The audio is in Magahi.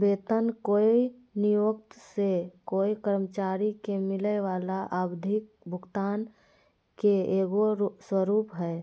वेतन कोय नियोक्त से कोय कर्मचारी के मिलय वला आवधिक भुगतान के एगो स्वरूप हइ